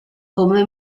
come